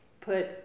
put